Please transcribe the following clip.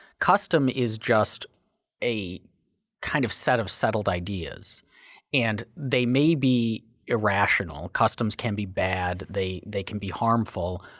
custom is just a kind of set of settled ideas and they may be irrational, customs can be bad, they they can be harmful,